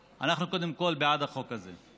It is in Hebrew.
אנחנו, קודם כול, בעד החוק הזה.